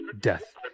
death